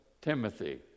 Timothy